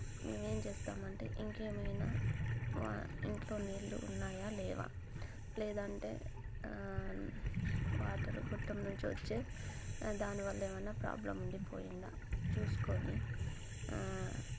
మేమేం చేస్తామంటే ఇంకేమైనా మా ఇంట్లో నీళ్ళు ఉన్నాయా లేవా లేదంటే వాటరు గొట్టం నుంచి వచ్చే దానివల్ల ఏమన్నా ప్రాబ్లం ఉండిపోయిందా చూసుకోని